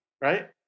right